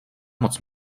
moc